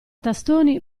tastoni